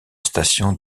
station